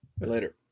Later